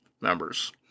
members